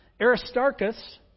Aristarchus